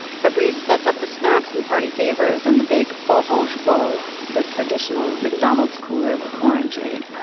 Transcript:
fabrice sets up the snacks and party favors and the big orange bowl the traditional mcdonald's cooler with orangeade.